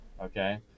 okay